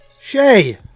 Shay